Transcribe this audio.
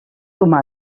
poseu